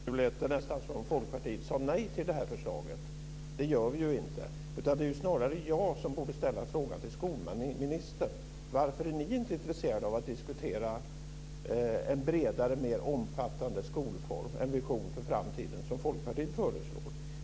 Fru talman! På skolministerns anförande lät det nästan som om Folkpartiet sade nej till förslaget. Det gör vi ju inte. Det är snarare jag som borde fråga skolministern varför socialdemokraterna inte är intresserade av att diskutera en bredare och mer omfattande skolform - en vision för framtiden - som Folkpartiet föreslår.